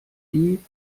die